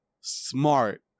smart